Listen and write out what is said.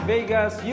Vegas